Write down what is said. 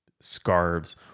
scarves